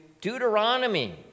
Deuteronomy